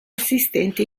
assistente